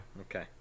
Okay